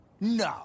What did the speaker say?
No